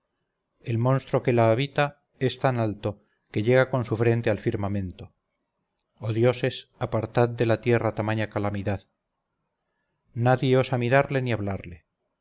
el monstruo que la habita es tan alto que llega con su frente al firmamento oh dioses apartad de la tierra tamaña calamidad nadie osa mirarle ni hablarle